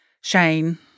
Shane